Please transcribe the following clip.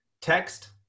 Text